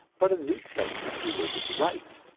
but a new testament religious rite.